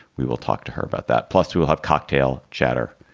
we will talk to her about that. plus, we will have cocktail chatter.